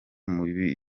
mbi